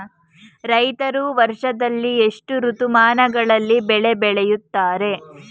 ರೈತರು ವರ್ಷದಲ್ಲಿ ಎಷ್ಟು ಋತುಮಾನಗಳಲ್ಲಿ ಬೆಳೆ ಬೆಳೆಯುತ್ತಾರೆ?